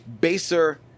baser